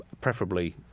Preferably